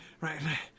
right